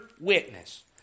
witness